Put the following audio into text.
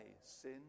sin